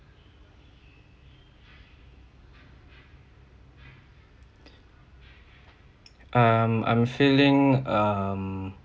um I'm feeling um